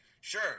sure